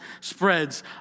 spreads